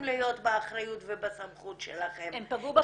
להיות באחריות ובסמכות שלכם -- הם פגעו בפועל,